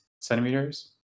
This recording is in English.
centimeters